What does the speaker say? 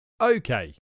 Okay